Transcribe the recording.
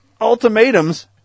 ultimatums